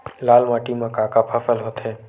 लाल माटी म का का फसल होथे?